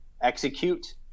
execute